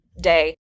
day